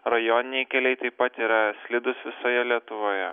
rajoniniai keliai taip pat yra slidūs visoje lietuvoje